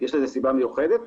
יש לזה סיבה מיוחדת?